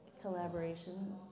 collaboration